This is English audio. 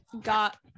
got